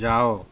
ଯାଅ